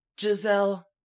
Giselle